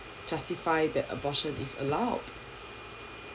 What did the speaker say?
justify that abortion is allowed